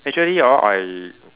actually hor I